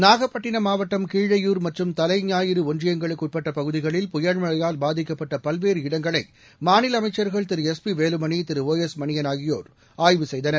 நாகப்பட்டினம் மாவட்டம் கீழையூர் மற்றும் தலைஞாயிறு ஒன்றியங்களுக்கு உட்பட்ட பகுதிகளில் புயல் மழையால் பாதிக்கப்பட்ட பல்வேறு இடங்களை மாநில அமைச்சர்கள் Thiru S P Velumani Thiru O S Manian ஆகியோர் ஆய்வு செய்தனர்